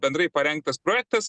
bendrai parengtas projektas